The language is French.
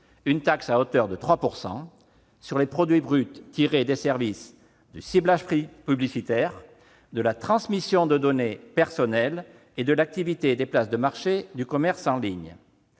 Cette taxe représentera 3 % sur les produits bruts tirés des services de ciblage publicitaire, de la transmission de données personnelles et de l'activité des places de marché du commerce en ligne.